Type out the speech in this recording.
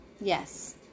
yes